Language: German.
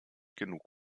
genug